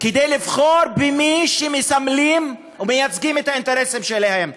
לבחור במי שמסמלים ומייצגים את האינטרסים שלהם.